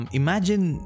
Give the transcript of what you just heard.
imagine